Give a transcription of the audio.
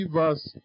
verse